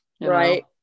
right